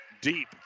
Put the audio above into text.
deep